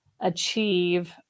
achieve